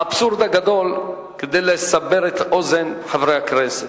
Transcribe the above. האבסורד הגדול, כדי לסבר את אוזן חברי הכנסת,